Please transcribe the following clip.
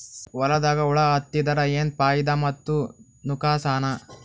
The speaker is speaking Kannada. ಹೊಲದಾಗ ಹುಳ ಎತ್ತಿದರ ಏನ್ ಫಾಯಿದಾ ಮತ್ತು ನುಕಸಾನ?